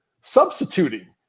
substituting